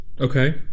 Okay